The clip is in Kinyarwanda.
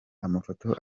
amafoto